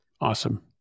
Awesome